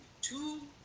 two